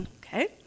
Okay